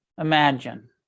imagine